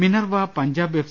Minerva Punjab F